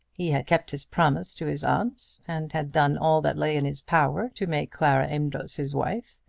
he had kept his promise to his aunt, and had done all that lay in his power to make clara amedroz his wife.